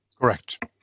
Correct